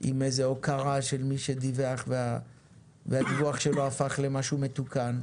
עם איזה הוקרה של מי שדיווח והדיווח שלו הפך למשהו מתוקן.